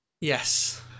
Yes